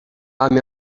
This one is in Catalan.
amb